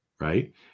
Right